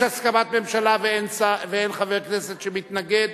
יש הסכמת הממשלה ואין חבר כנסת שמתנגד,